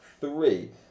three